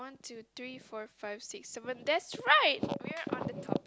one two three four five six seven that's right we're on the topic